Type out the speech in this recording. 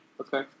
Okay